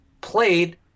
played